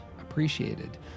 appreciated